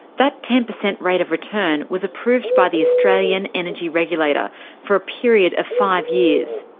that ten percent rate of return was approved by the australian energy regulator for a period of five years.